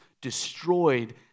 destroyed